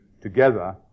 together